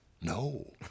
No